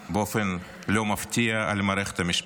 באופן לא מפתיע, על מערכת המשפט.